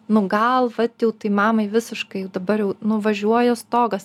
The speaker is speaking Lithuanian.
nu gal vat jau tai mamai visiškai jau dabar jau nu važiuoja stogas